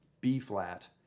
B-flat